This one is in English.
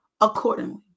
accordingly